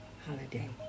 Holiday